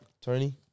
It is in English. Tony